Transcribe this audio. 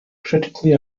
critically